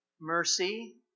mercy